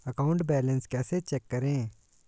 Account balance कैसे check करें?